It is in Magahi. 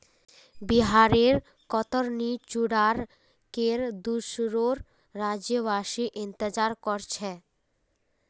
बिहारेर कतरनी चूड़ार केर दुसोर राज्यवासी इंतजार कर छेक